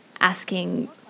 asking